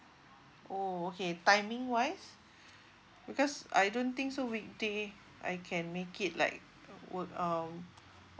oh okay timing wise because I don't think so weekday I can make it like would um